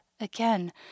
again